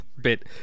bit